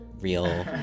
real